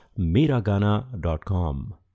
Miragana.com